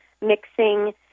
mixing